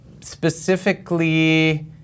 specifically